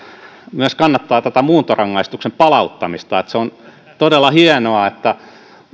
kannattaa tätä muuntorangaistuksen palauttamista se on todella hienoa että